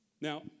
Now